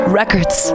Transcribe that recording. records